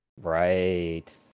Right